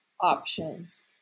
options